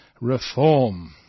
reform